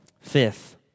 Fifth